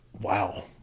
wow